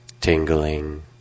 tingling